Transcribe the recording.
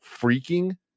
freaking